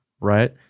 right